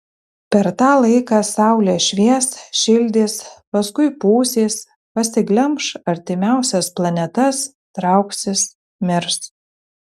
per tą laiką saulė švies šildys paskui pūsis pasiglemš artimiausias planetas trauksis mirs